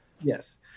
Yes